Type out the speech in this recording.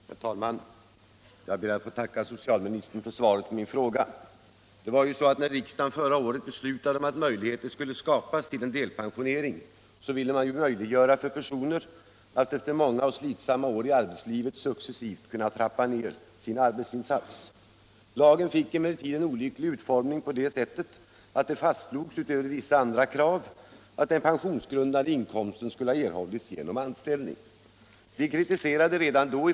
Herr talman! Jag ber att få tacka socialministern för svaret på min fråga. När riksdagen förra året fattade beslut om delpensionsreformen, ville man skapa möjligheter för människorna att efter många och slitsamma år i arbetslivet successivt trappa ned arbetsinsatsen. Lagen fick emellertid en olycklig utformning på det sättet att det, utöver vissa andra krav, fastslogs att den pensionsgrundände inkomsten skulle ha erhållits genom anställning.